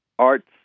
arts